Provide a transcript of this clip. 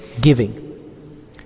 giving